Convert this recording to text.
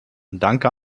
danke